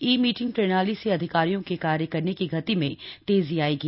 ई meeting प्रणाली से अधिकारियों के कार्य करने की गति में और तेजी आयेगी